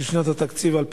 לשנת התקציב 2012?